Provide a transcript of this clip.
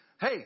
hey